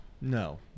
No